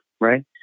right